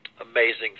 amazing